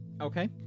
Okay